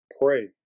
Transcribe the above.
pray